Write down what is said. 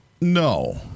No